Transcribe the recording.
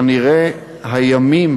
שכנראה הימים,